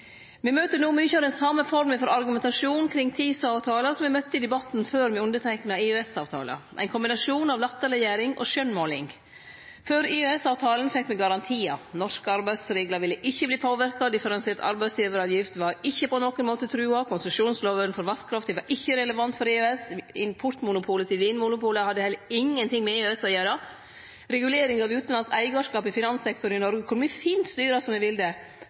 møter no mykje av den same forma for argumentasjon kring TISA-avtalen som me møtte i debatten før me underteikna EØS-avtalen – ein kombinasjon av latterleggjering og skjønnmåling. Før EØS-avtalen fekk me garantiar: Norske arbeidsreglar ville ikkje verte påverka. Differensiert arbeidsgivaravgift var ikkje på nokon måte trua. Konsesjonslovene for vasskrafta var ikkje relevant for EØS. Importmonopolet til Vinmonopolet hadde heller ikkje noko med EØS å gjere. Reguleringar av utanlandsk eigarskap i finanssektoren i Noreg kunne me fint styre som me ville. 100 pst. av løfta eg no ramsa opp, er